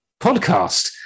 podcast